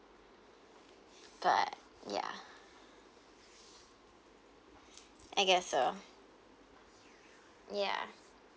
but ya I guess so ya